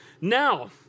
now